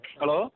Hello